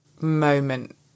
moment